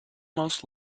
most